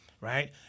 Right